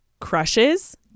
Crushes